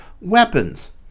weapons